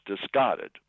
discarded